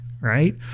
Right